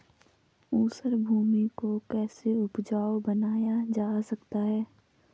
ऊसर भूमि को कैसे उपजाऊ बनाया जा सकता है?